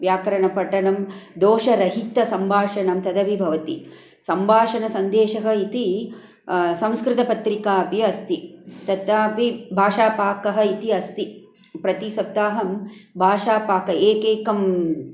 व्याकरणपठनं दोषरहितसम्भाषणं तदपि भवति सम्भाषणसन्देशः इति संस्कृतपत्रिका अपि अस्ति तथापि भाषापाकः इति अस्ति प्रतिसप्ताहं भाषापाकः एकैकं